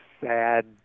sad